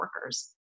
workers